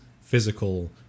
physical